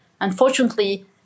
Unfortunately